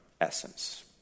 essence